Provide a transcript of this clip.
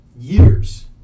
years